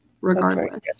regardless